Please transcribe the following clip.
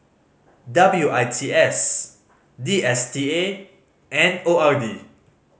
W I T S D S T A and O R D